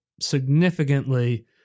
significantly